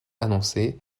annoncé